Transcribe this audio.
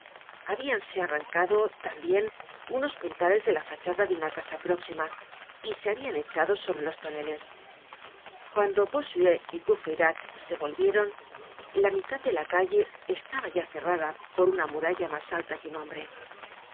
dónde habíanse arrancado tambien unos puntales de la fachada de una casa próxima y se habian echado sobre los toneles cuando bossuet y courfeyrac se volvieron la mitad de la calle estaba ya cerrada por una muralla mas alta que un hombre